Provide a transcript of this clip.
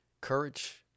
courage